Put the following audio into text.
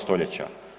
Stoljeća?